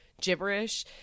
gibberish